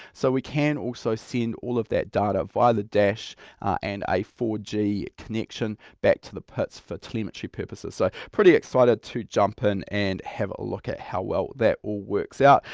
so we can also send all of that data via the dash and a four g connection back to the pits for telemetry purposes. so pretty excited to jump in and have a look at how well that all works out.